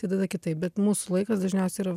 tai tada kitaip bet mūsų laikas dažniausiai yra